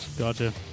Gotcha